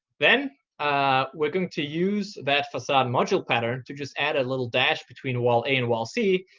then ah we're going to use that facade module pattern to just add a little dash between wall a and wall c.